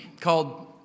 called